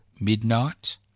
midnight